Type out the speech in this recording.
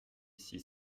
six